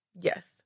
Yes